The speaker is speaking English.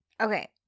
Okay